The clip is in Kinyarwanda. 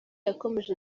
yakomeje